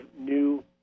new